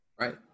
right